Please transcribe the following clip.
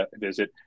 visit